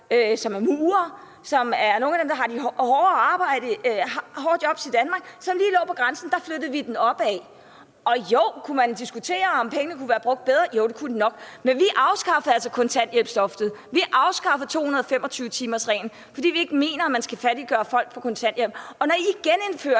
som er murere, som er nogle af dem, der har de hårde jobs i Danmark, som lige lå på grænsen; der flyttede vi den opad. Og jo, man kunne diskutere, om pengene kunne være brugt bedre, det kunne de nok, men vi afskaffede altså kontanthjælpsloftet, vi afskaffede 225-timersreglen, fordi vi ikke mener, at man skal fattiggøre folk på kontanthjælp. Og når I genindfører